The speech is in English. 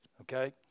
okay